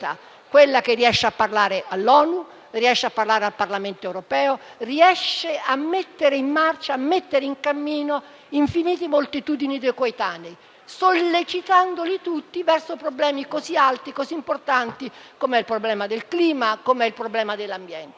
quella che riesce a parlare all'ONU, riesce a parlare al Parlamento europeo, riesce a mettere in marcia, a mettere in cammino infinite moltitudini di coetanei, sollecitandoli tutti verso problemi così alti e così importanti come il problema del clima, come il problema dell'ambiente.